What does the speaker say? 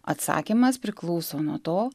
atsakymas priklauso nuo to